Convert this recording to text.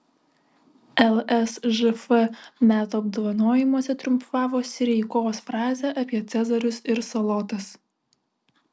lsžf metų apdovanojimuose triumfavo sireikos frazė apie cezarius ir salotas